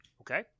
Okay